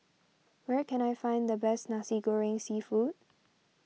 where can I find the best Nasi Goreng Seafood